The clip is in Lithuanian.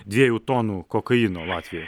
dviejų tonų kokaino latvijoj